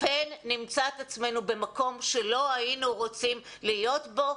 פן נמצא את עצמנו במקום שלא היינו רוצים להיות בו,